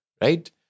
right